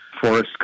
forest